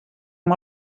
amb